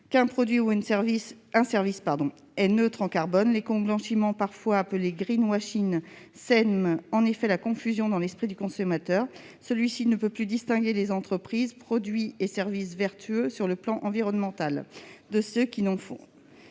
qu'un produit ou un service est neutre en carbone. L'écoblanchiment, parfois appelé, sème en effet la confusion dans l'esprit du consommateur, qui ne peut plus distinguer les entreprises, produits et services vertueux sur le plan environnemental de ceux qui n'en ont